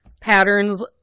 patterns